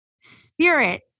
Spirit